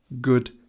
good